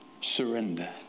Surrender